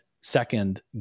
second